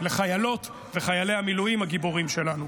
לחיילות ולחיילי המילואים הגיבורים שלנו.